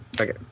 Okay